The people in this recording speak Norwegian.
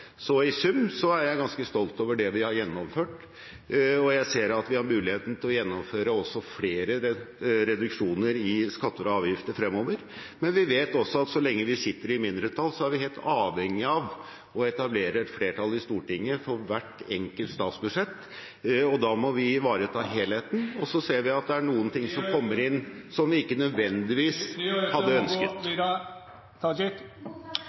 Så i sum er jeg ganske stolt over det vi har gjennomført. Jeg ser at vi også har muligheten til å gjennomføre flere reduksjoner i skatter og avgifter fremover, men vi vet at så lenge vi sitter i mindretall, er vi helt avhengig av å etablere et flertall i Stortinget for hvert enkelt statsbudsjett. Da må vi ivareta helheten . Så ser vi at det er noe som kommer inn som ikke nødvendigvis…